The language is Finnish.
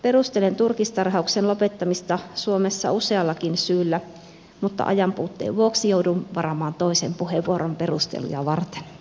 perustelen turkistarhauksen lopettamista suomessa useallakin syyllä mutta ajanpuutteen vuoksi joudun varaamaan toisen puheenvuoron perusteluja varten